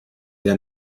der